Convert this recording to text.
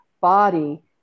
body